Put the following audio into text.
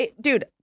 Dude